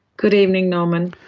good evening norman.